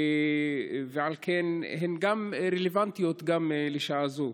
ועל כן הן רלוונטיות גם לשעה זו.